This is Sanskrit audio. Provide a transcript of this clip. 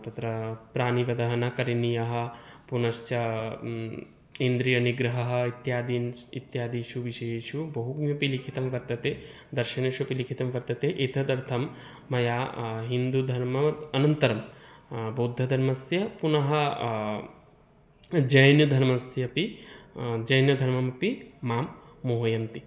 तत्र प्राणिवधः न करणीयः पुनश्च इन्द्रियनिग्रहः इत्यादीन् स् इत्यादिषु विषयेषु बहुभिः अपि लिखितं वर्तते दर्शनेषु अपि लिखितं वर्तते एतदर्थं मया हिन्दुधर्मः अनन्तरं बौद्धधर्मस्य पुनः जैनधर्मस्य अपि जैनधर्ममपि मां मोहयन्ति